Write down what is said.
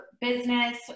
business